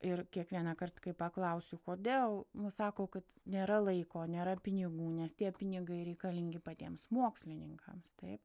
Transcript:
ir kiekvienąkart kai paklausiu kodėl nu sako nėra laiko nėra pinigų nes tie pinigai reikalingi patiems mokslininkams taip